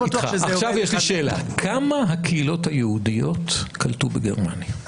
כמה הקהילות היהודיות קלטו בגרמניה?